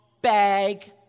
bag